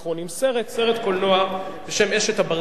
סרט קולנוע בשם "אשת הברזל".